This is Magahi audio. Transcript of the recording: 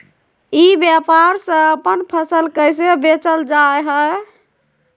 ई व्यापार से अपन फसल कैसे बेचल जा हाय?